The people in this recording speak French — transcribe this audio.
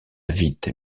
vite